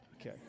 Okay